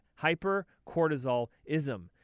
hypercortisolism